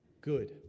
good